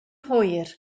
hwyr